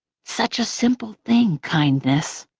such a simple thing, kindness.